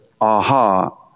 aha